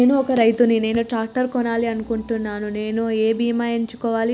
నేను ఒక రైతు ని నేను ట్రాక్టర్ కొనాలి అనుకుంటున్నాను నేను ఏ బీమా ఎంచుకోవాలి?